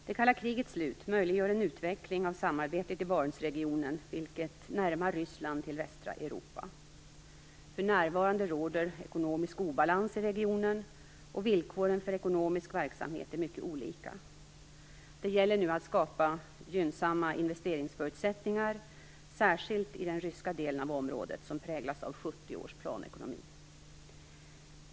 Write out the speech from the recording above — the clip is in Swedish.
Det kalla krigets slut möjliggör en utveckling av samarbetet i Barentsregionen, vilket närmar Ryssland till västra Europa. För närvarande råder ekonomisk obalans i regionen, och villkoren för ekonomisk verksamhet är mycket olika. Det gäller nu att skapa gynnsamma investeringsförutsättningar, särskilt i den ryska delen av området, som präglas av 70 års planekonomi.